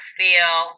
feel